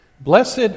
Blessed